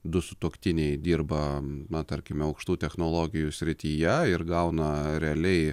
du sutuoktiniai dirba na tarkime aukštų technologijų srityje ir gauna realiai